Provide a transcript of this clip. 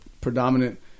predominant